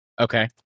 Okay